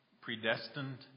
predestined